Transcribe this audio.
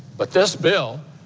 but this bill